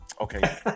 Okay